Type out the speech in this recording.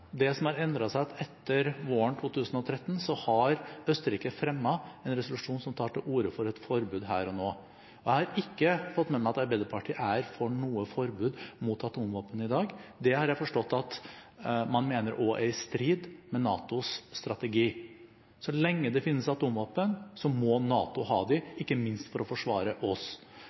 Det som har endret seg, er at etter våren 2013 har Østerrike fremmet en resolusjon som tar til orde for et forbud her og nå. Jeg har ikke fått med meg at Arbeiderpartiet er for noe forbud mot atomvåpen i dag – det har jeg forstått at man mener er i strid med NATOs strategi. Så lenge det finnes atomvåpen, må NATO ha